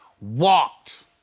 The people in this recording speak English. Walked